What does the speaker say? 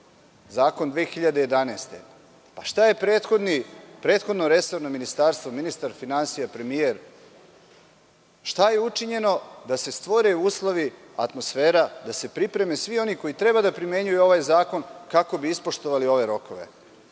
zakon 2011. godine. Šta je prethodno resorno ministarstvo, ministar finansija, premijer, šta je učinjeno da se stvore uslovi, atmosfera, da se pripreme svi oni koji treba da primenjuju ovaj zakon kako bi ispoštovali ove rokove?